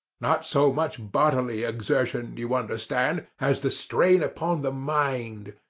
not so much bodily exertion, you understand, as the strain upon the mind.